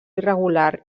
irregular